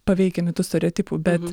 paveikiami tų stereotipų bet